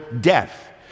death